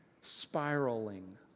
spiraling